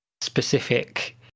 specific